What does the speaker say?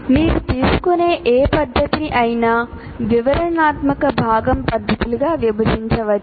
మీరు తీసుకునే ఏ పద్ధతిని అయినా వివరణాత్మక భాగం పద్ధతులుగా విభజించవచ్చు